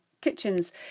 kitchens